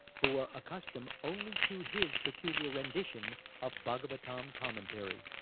who were accustomed only to his peculiar rendition of bhagavatam commentary.